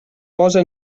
posa